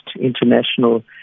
international